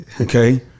okay